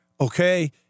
okay